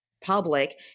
public